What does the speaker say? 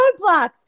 roadblocks